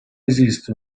esiste